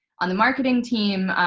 on the marketing team,